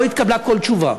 לא התקבלה כל תשובה.